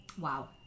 wow